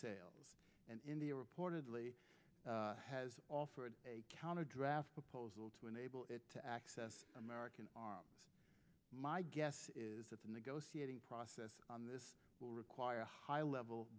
sales and india are reportedly has offered a counter draft proposal to enable it to access american arms my guess is that the negotiating process on this will require a high level